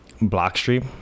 Blockstream